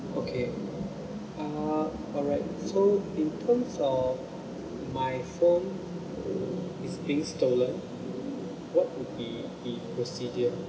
okay uh all right so in terms of my phone is being stolen what would be the procedure